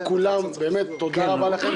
לכולם באמת תודה רבה לכם.